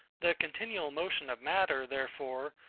the continual motion of matter, therefore,